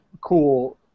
cool